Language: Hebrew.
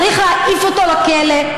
צריך להעיף אותו לכלא.